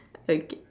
okay